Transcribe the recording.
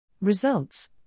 Results